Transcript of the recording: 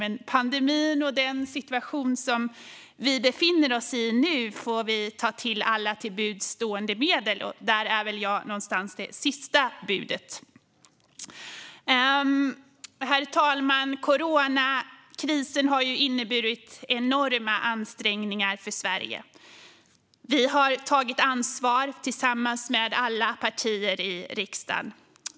Men pandemin och den situation vi nu befinner oss i gör att vi får ta till alla till buds stående medel, och där är väl jag någonstans det sista budet. Herr talman! Coronakrisen har inneburit enorma ansträngningar för Sverige. Liberalerna har tagit ansvar tillsammans med alla partier i riksdagen.